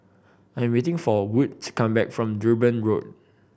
I am waiting for Wood to come back from Durban Road